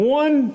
one